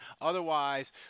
Otherwise